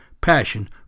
Passion